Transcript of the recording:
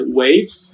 waves